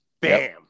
Bam